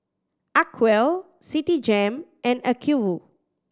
Acwell Citigem and Acuvue